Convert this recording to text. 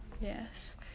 Yes